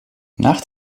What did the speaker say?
nach